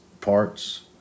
parts